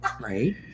Right